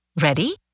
Ready